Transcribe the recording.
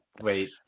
Wait